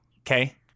Okay